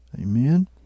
Amen